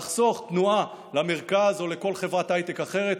לחסוך תנועה למרכז או לכל חברת הייטק אחרת,